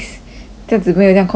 这样子不会这样 confusing